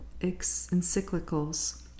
encyclicals